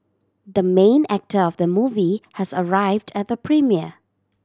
the main actor of the movie has arrived at the premiere